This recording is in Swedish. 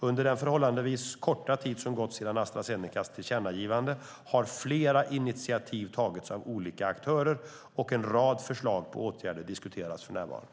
Under den förhållandevis korta tid som gått sedan Astra Zenecas tillkännagivande har flera initiativ tagits av olika aktörer, och en rad förslag på åtgärder diskuteras för närvarande.